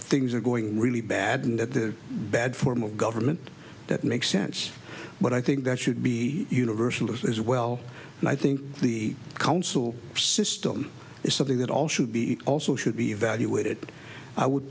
things are going really bad and that the bad form of government that makes sense but i think that should be universal as well and i think the council system is something that all should be also should be evaluated i would